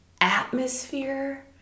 Atmosphere